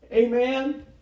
amen